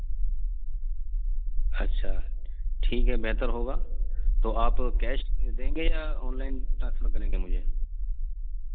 اچھا ٹھیک ہے بہتر ہوگا تو آپ کیش دیں گے یا آنلائن ٹرانسفر کریں گے مجھے